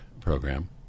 program